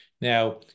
now